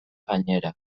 gainera